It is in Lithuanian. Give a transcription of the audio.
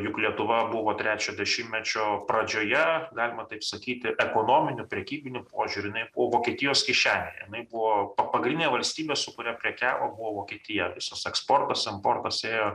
juk lietuva buvo trečio dešimtmečio pradžioje galima taip sakyti ekonominiu prekybiniu požiūriu jinai vokietijos kišenėje jinai buvo pa pagrindinė valstybė su kuria prekiavo buvo vokietija visas eksportas emportas ėjo